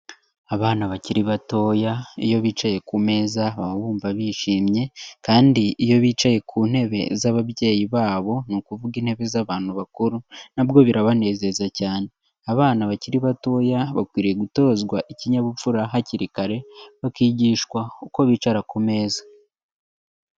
Abana bakiri batoya iyo bicaye ku meza baba bumva bishimye kandi iyo bicaye ku ntebe z'ababyeyi babo ni ukuvuga intebe z'abantu bakuru na bwo birabanezeza cyane. Abana bakiri batoya bakwiriye gutozwa ikinyabupfura hakiri kare bakigishwa uko bicara ku meza.